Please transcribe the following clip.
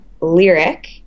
lyric